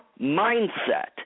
mindset